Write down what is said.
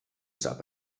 sap